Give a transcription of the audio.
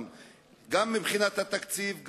גם מבחינת התקציב,